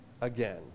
again